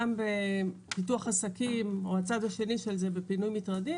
גם בפיתוח עסקים או הצד השני של זה בפינוי מטרדים